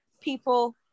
people